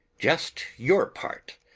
just your part!